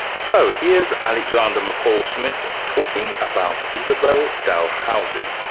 so here's alexander mccall smith talking about isabel dalhousie,